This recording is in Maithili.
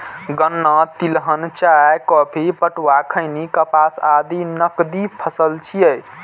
गन्ना, तिलहन, चाय, कॉफी, पटुआ, खैनी, कपास आदि नकदी फसल छियै